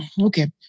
Okay